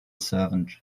servant